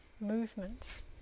movements